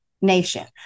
nation